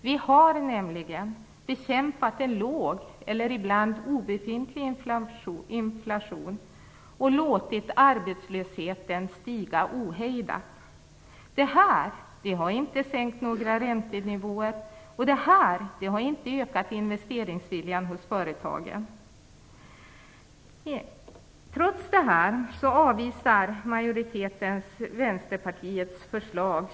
Vi har nämligen bekämpat en låg, eller ibland obefintlig inflation, och låtit arbetslösheten stiga ohejdat. Detta har inte sänkt några räntenivåer. Det har inte ökat investeringsviljan hos företagen. Trots detta avvisar majoriteten Vänsterpartiets förslag.